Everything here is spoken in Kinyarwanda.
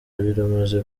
biramaze